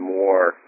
more